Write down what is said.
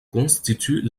constituent